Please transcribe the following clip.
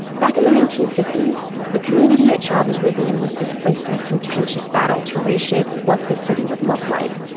back in the nineteen fifty s the community at chavez ravine was displaced in a contentious battle to reshape what the city would look like.